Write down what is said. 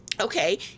okay